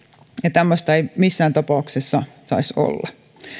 tämmöistä ei missään tapauksessa saisi olla